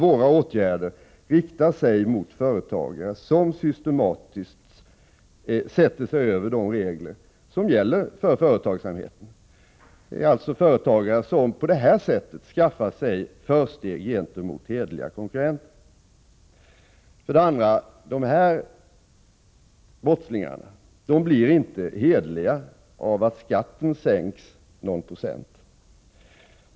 Våra åtgärder riktar sig mot företagare som systematiskt sätter sig över de regler som gäller för företagsamheten. Det är företagare som på det här sättet skaffar sig ett försteg gentemot hederliga konkurrenter. För det andra blir inte denna typ av brottslingar hederliga genom att skatten sänks någon procent.